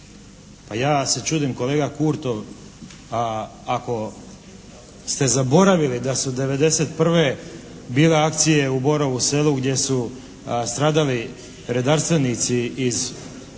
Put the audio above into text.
ja se čudim kolega Kurtov, a ako ste zaboravili da su '91. bile akcije u Borovu selu gdje su stradali redarstvenici iz Redarstvenih